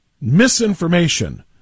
misinformation